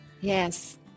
yes